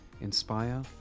inspire